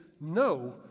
no